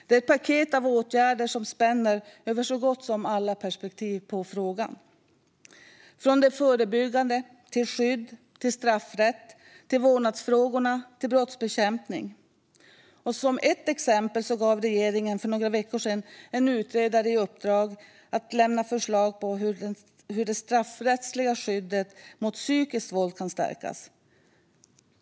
Det är ett paket av åtgärder som spänner över så gott som alla perspektiv på frågan - från det förebyggande till skydd, straffrätt, vårdnadsfrågor och brottsbekämpning. Som ett exempel gav regeringen för några veckor sedan en utredare i uppdrag att lämna förslag på hur det straffrättsliga skyddet mot psykiskt våld kan stärkas.